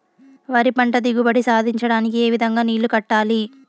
వరి పంట దిగుబడి సాధించడానికి, ఏ విధంగా నీళ్లు కట్టాలి?